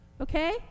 Okay